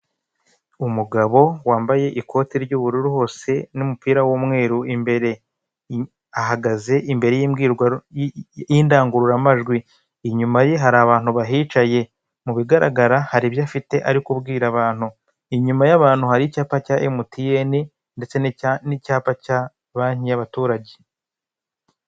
Umugabo wambaye ikote ry'ubururu hose n'umupira w'umweru imbere ahagaze imbere y'indangururamajwi, inyuma ye hari abantu bahicaye mu bigaragara hari ibyo afite ari kubwira abantu, inyuma y'abantu hari icyapa cya emutiyene ndetse n'icyapa cya banki y'abaturage.